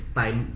time